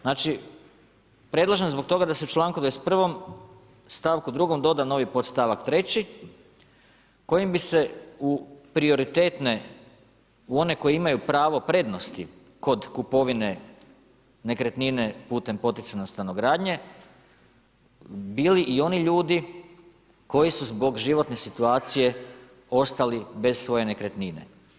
Znači, predlažem zbog toga da se u čl 21. stavku 2 doda novi podstavak 3 koji bi se u prioritetne, u one koji imaju prava prednosti, kod kupovine, nekretnine, putem poticajne stanogradnje, bili i oni ljudi koji su zbog životne situacije ostali bez svoje nekretnine.